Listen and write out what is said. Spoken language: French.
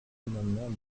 amendement